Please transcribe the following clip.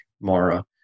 Mara